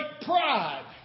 pride